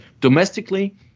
domestically